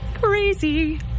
crazy